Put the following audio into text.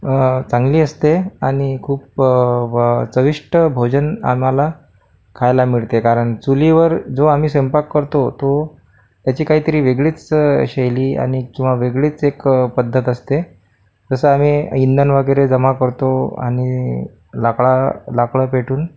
चांगली असते आणि खूप चविष्ट भोजन आम्हाला खायला मिळते कारण चुलीवर जो आम्ही स्वयंपाक करतो तो त्याची काहीतरी वेगळीच शैली आणि किंवा वेगळीच एक पद्धत असते तसं आम्ही इंधन वगैरे जमा करतो आणि लाकडा लाकडं पेटून